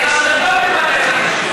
דעת, אולי שר הדתות ימנה את הנשים.